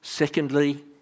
Secondly